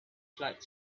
flight